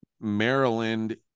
Maryland